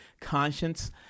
conscience